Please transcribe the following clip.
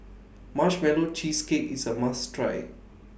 Marshmallow Cheesecake IS A must Try